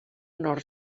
nord